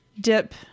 dip